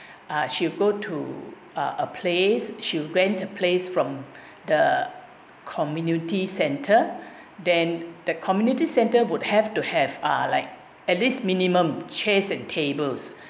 uh she'll go to uh a place she rent a place from the community centre then the community centre would have to have uh like at least minimum chairs and tables